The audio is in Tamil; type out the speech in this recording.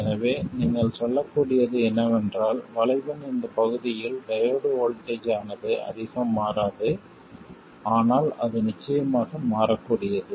எனவே நீங்கள் சொல்லக்கூடியது என்னவென்றால் வளைவின் இந்த பகுதியில் டையோடு வோல்ட்டேஜ் ஆனது அதிகம் மாறாது ஆனால் அது நிச்சயமாக மாறக்கூடியது